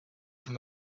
from